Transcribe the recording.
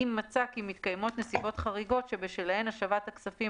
אם מצא כי מתקיימות נסיבות חריגות שבשלהן השבת הכספים